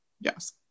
yes